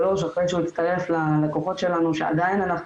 שלושה אחרי שהוא הצטרף ללקוחות שלנו שעדיין אנחנו